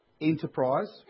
enterprise